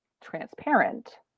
transparent